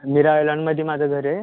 निराळा लॉनमध्ये माझं घर आहे